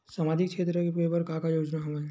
सामाजिक क्षेत्र के बर का का योजना हवय?